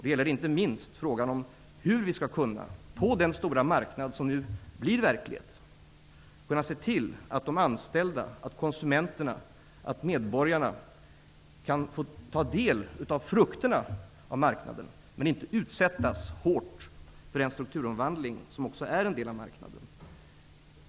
Det gäller då inte minst frågan om hur vi på den stora marknad som nu blir verklighet skall kunna se till att de anställda och konsumenterna, medborgarna, kan få ta del av marknadens frukter utan att hårt utsättas för den strukturomvandling som också är en del av marknaden.